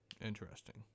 Interesting